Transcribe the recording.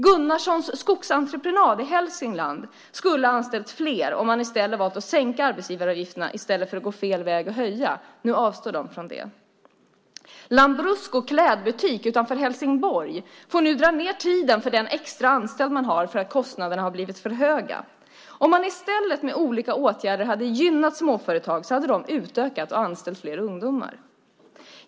Gunnarssons skogsentreprenad i Hälsingland skulle ha anställt fler om man hade valt att sänka arbetsgivaravgifterna i stället för att gå fel väg och höja. Nu avstår de från det. Lambrusco klädbutik utanför Helsingborg får nu dra ned tiden för den extra anställda man har för att kostnaderna har blivit för höga. Om man i stället hade gynnat småföretag med olika åtgärder så hade de utökat och anställt fler ungdomar.